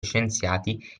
scienziati